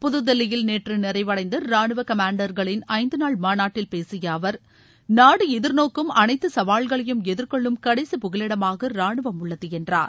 புதுதில்லியில் நேற்று நிறைவடைந்த ராணுவ காமண்டர்களின் ஐந்து நாள் மாநாட்டில் பேசிய அவர் நாடு எதிர்நோக்கும் அனைத்து சவால்களையும் எதிர்கொள்ளும் கடைசி புகலிடமாக ராணுவம் உள்ளது என்றார்